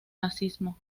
nazismo